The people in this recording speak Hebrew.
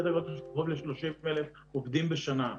זה סדר-גודל של קרוב ל-30,000 עובדים בשנה.